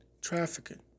trafficking